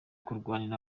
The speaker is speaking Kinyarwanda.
kurwanira